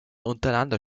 untereinander